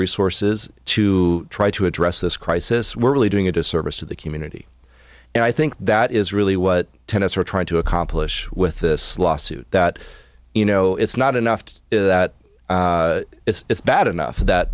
resources to try to address this crisis we're really doing a disservice to the community and i think that is really what tenet's are trying to accomplish with this lawsuit that you know it's not enough to that it's bad enough that